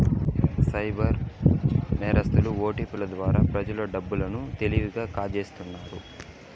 cyber నేరస్తులు ఓటిపిల ద్వారా ప్రజల డబ్బు లను తెలివిగా కాజేస్తున్నారు